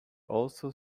also